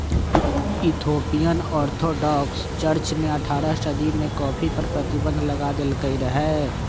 Ethiopian Orthodox church ने अठारह सदी में कॉफ़ी पर प्रतिबन्ध लगा देलकइ रहै